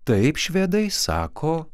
taip švedai sako